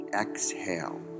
exhale